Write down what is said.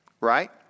right